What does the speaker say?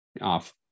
off